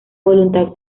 voluntad